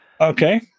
Okay